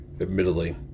Admittedly